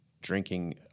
drinking